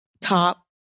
top